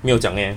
没有讲 eh